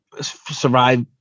survive